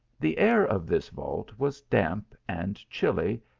the air of this vault was clamp and chilly,